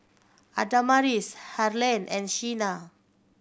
Adamaris Harlen and Sheena